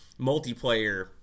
multiplayer